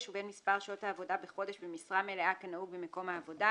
ובין מספר שעות העבודה בחודש במשרה מלאה כנהוג במקום העבודה,